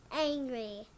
angry